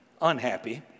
unhappy